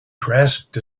grasped